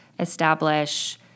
Establish